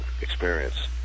experience